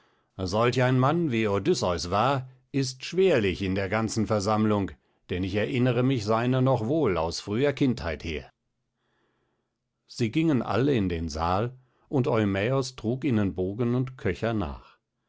solch ein mann wie odysseus war ist schwerlich in der ganzen versammlung denn ich erinnere mich seiner noch wohl aus früher kindheit her sie gingen alle in den saal und eumäos trug ihnen bogen und köcher nach